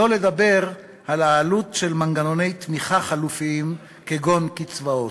שלא לדבר על העלות של מנגנוני תמיכה חלופיים כגון קצבאות.